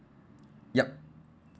yup